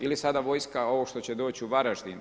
Ili sada vojska, ovo što će doći u Varaždin.